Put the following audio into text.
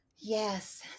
yes